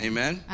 Amen